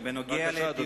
בבקשה, אדוני.